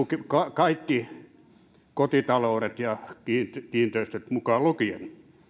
kaikki kotitaloudet ja kiinteistöt mukaan lukien